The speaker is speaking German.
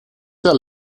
der